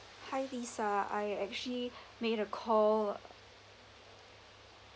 hi lisa I actually made a call